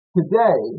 Today